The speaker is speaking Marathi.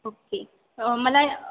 ओके मला